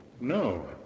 No